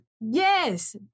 Yes